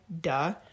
Duh